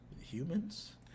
Humans